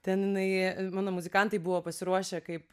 ten jinai mano muzikantai buvo pasiruošę kaip